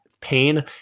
pain